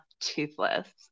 Toothless